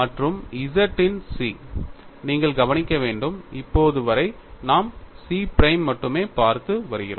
மற்றும் z இன் chi நீங்கள் கவனிக்க வேண்டும் இப்போது வரை நாம் chi பிரைம் மட்டுமே பார்த்து வருகிறோம்